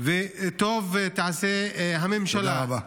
וטוב תעשה הממשלה -- תודה רבה.